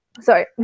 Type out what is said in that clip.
sorry